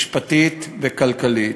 משפטית וכלכלית.